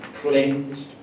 cleansed